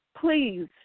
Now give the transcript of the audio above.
please